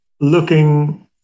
looking